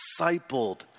discipled